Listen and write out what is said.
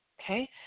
Okay